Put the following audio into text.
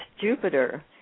Jupiter